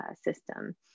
system